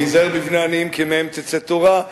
והיזהרו בבני עניים כי מהם תצא תורה,